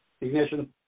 Ignition